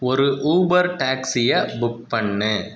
ஒரு ஊபர் டாக்ஸியை புக் பண்ணு